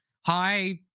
hi